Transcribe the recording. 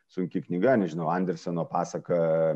sunki knyga nežinau anderseno pasaka